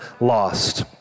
lost